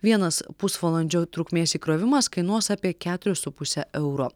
vienas pusvalandžio trukmės įkrovimas kainuos apie keturis su puse euro